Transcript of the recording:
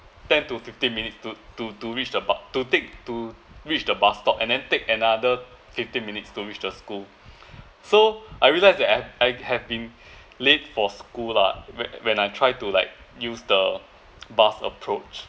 ten to fifteen minutes to to to reach about to take to reach the bus stop and then take another fifteen minutes to reach the school so I realise that I have I have been late for school lah when when I try to like use the bus approach